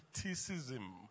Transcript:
criticism